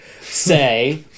say